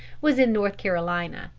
was in north carolina.